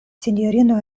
sinjorino